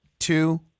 two